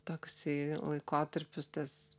toksai laikotarpis tas